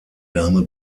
name